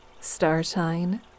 Starshine